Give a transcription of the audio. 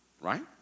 Right